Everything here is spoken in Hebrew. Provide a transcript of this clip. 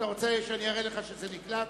אתה רוצה שאני אראה לך שזה נקלט?